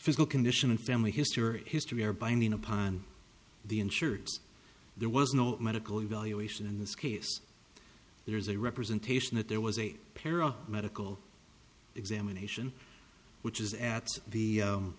physical condition and family history history are binding upon the insured's there was no medical evaluation in this case there is a representation that there was a pair of medical examination which is at the